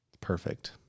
Perfect